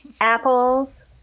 apples